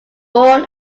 born